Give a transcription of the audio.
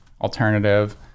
alternative